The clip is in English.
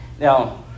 Now